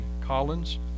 Collins